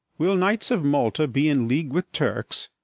will knights of malta be in league with turks,